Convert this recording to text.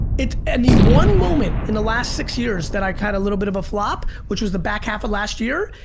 it's any one moment in the last six years that i caught a little bit of a flop, which was the back half of last year.